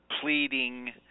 pleading